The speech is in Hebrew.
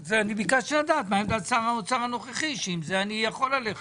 אני ביקשתי לדעת מה עמדת שר האוצר הנוכחי שאיתה אני יכול ללכת.